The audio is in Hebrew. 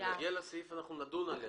כאשר נגיע לסעיף נדון על כך.